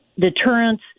deterrence